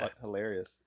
hilarious